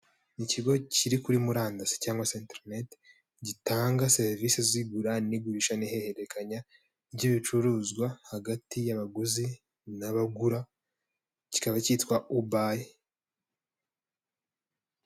Ni ikigo kiri kuri murandasi cyangwa se internet, gitanga serivisi z'igura n'igurisha n'ihererekanya ry'ibicuruzwa hagati y'abaguzi n'abagura, kikaba cyitwa ubayi.